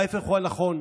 ההפך הוא הנכון.